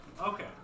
Okay